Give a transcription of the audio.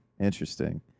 Interesting